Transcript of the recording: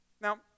Now